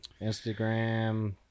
Instagram